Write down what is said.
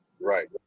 Right